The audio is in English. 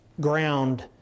ground